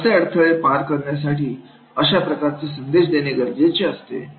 असे अडथळे पार करण्यासाठी अशा प्रकारचा संदेश देणे गरजेचे असते